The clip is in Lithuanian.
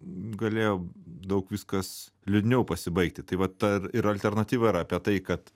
galėjo daug viskas liūdniau pasibaigti tai vat ar yra alternatyva yra apie tai kad